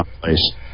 Place